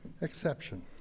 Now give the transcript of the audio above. exception